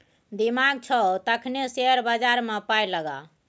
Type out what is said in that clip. दिमाग छौ तखने शेयर बजारमे पाय लगा